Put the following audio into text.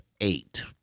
eight